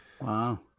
Wow